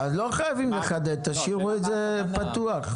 אז לא חייבים לחדד, תשאירו את זה פתוח.